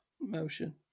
motion